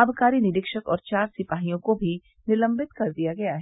आबकारी निरीक्षक और चार सिपाहियों को भी निलम्बित कर दिया गया है